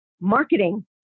marketing